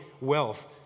wealth